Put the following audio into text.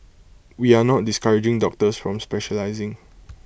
we are not discouraging doctors from specialising